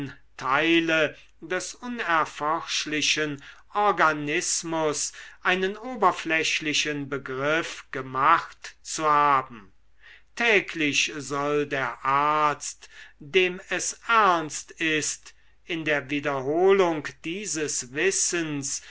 teile des unerforschlichen organismus einen oberflächlichen begriff gemacht zu haben täglich soll der arzt dem es ernst ist in der wiederholung dieses wissens